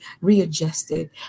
readjusted